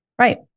Right